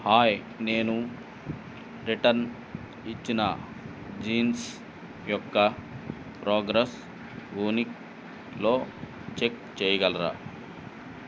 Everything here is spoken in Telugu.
హాయ్ నేను రిటర్న్ ఇచ్చిన జీన్స్ యొక్క ప్రోగ్రెస్ వూనిక్లో చెక్ చేయగలరా